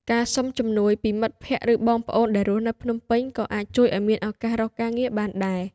ការសុំជំនួយពីមិត្តភក្តិ ឬបងប្អូនដែលរស់នៅភ្នំពេញ ក៏អាចជួយឲ្យមានឱកាសរកការងារបានដែរ។